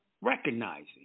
recognizing